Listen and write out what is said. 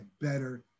better